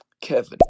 Kevin